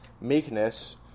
meekness